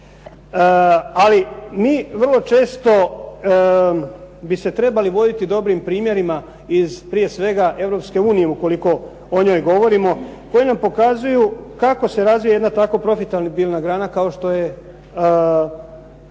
Ali mi vrlo često bi se trebali voditi dobrim primjerima iz prije svega Europske unije, ukoliko o njoj govorimo, koji nam pokazuju kako se razvija jedna tako profitabilna grana kao što je